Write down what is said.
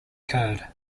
card